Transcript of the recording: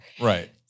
Right